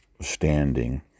standing